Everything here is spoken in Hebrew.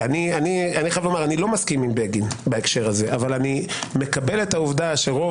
אני לא מסכים עם בגין בהקשר הזה אבל מקבל את העובדה שרוב